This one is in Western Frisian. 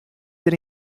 der